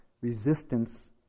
resistance